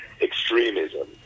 extremism